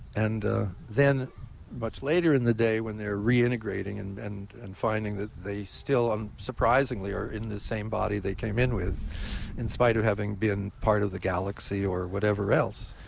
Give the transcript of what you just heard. and then much later in the day when they're reintegrating and and and finding that they still um surprisingly are in the same body they came in with in spite of having been part of the galaxy or whatever else,